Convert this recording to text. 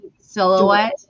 silhouette